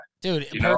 Dude